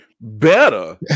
better